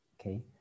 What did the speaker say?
Okay